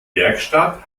werkstatt